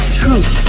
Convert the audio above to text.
truth